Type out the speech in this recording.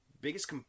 biggest